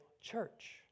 church